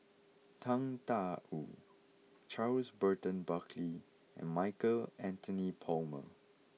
Tang Da Wu Charles Burton Buckley and Michael Anthony Palmer